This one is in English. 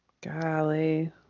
Golly